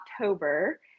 October